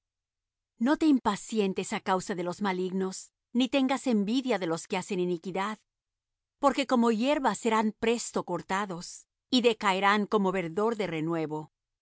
no te impacientes á causa de los malignos ni tengas envidia de los que hacen iniquidad porque como hierba serán presto cortados y decaerán como verdor de renuevo